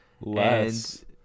Less